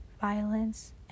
violence